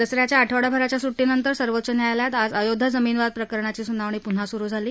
दस याच्या आठवडयाभराच्या सुट्टीनंतर सर्वोच्च न्यायालयात आज अयोध्या जमीन वाद प्रकरणावरची सुनावणी पुन्हा सुरु झाली